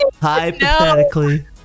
hypothetically